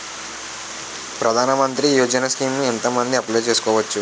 ప్రధాన మంత్రి యోజన స్కీమ్స్ ఎంత మంది అప్లయ్ చేసుకోవచ్చు?